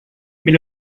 mais